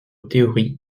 théorie